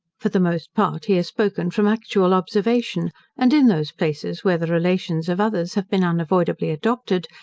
for the most part he has spoken from actual observation and in those places where the relations of others have been unavoidably adopted.